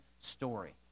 story